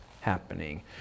happening